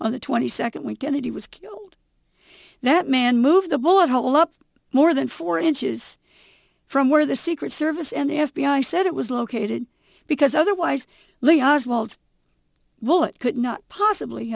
on the twenty second when kennedy was killed that man move the bullet hole up more than four inches from where the secret service and the f b i said it was located because otherwise lee oswald bullet could not possibly